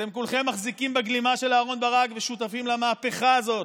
אתם כולכם מחזיקים בגלימה של אהרן ברק ושותפים למהפכה הזאת.